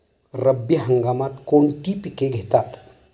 रब्बी हंगामात कोणती पिके घेतात?